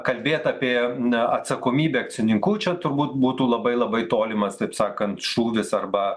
kalbėt apie atsakomybę akcininkų čia turbūt būtų labai labai tolimas taip sakant šūvis arba